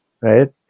right